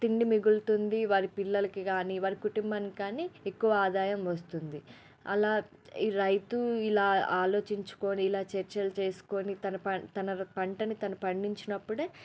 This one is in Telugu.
తిండి మిగుల్తుంది వారి పిల్లలకి కానీ వారి కుటుంబానికి కానీ ఎక్కువ ఆదాయం వస్తుంది అలా ఈ రైతు ఇలా ఆలోచించుకోని ఇలా చర్చలు చేసుకోని తన పం తన పంటని తను పండించినప్పుడే